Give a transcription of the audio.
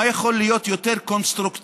מה יכול להיות יותר קונסטרוקטיבי,